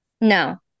No